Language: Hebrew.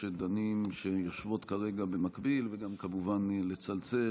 שיושבות כרגע במקביל וכמובן לצלצל,